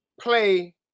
play